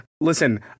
listen